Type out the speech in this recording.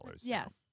Yes